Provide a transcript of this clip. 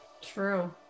true